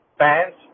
fans